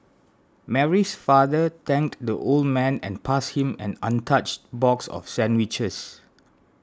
Mary's father thanked the old man and passed him an untouched box of sandwiches